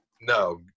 No